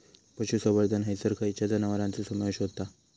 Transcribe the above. पशुसंवर्धन हैसर खैयच्या जनावरांचो समावेश व्हता?